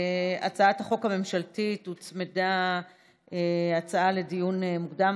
להצעת החוק הממשלתית הוצמדה הצעה לדיון מוקדם,